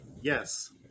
yes